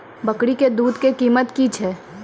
बकरी के दूध के कीमत की छै?